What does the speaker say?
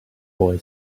boy